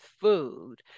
food